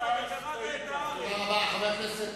אני תמכתי בהקמת הגדר.